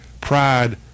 Pride